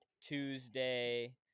Tuesday